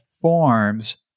Forms